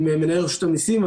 עם מנהל רשות המיסים.